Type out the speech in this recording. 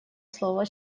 слово